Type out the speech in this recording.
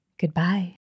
Goodbye